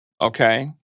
okay